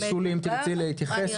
שולי אם תרצי להתייחס, בבקשה.